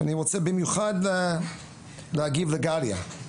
אני רוצה במיוחד להגיב לגליה.